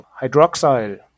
hydroxyl